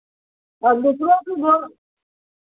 और दूसरों को बोल